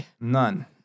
None